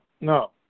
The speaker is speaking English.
no